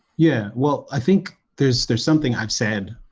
yeah, well, i think there's there's something i've said,